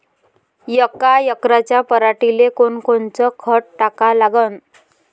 यका एकराच्या पराटीले कोनकोनचं खत टाका लागन?